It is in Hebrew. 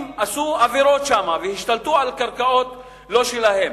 עבירות והשתלטו על קרקעות לא שלהם.